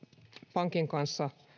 pankin kanssa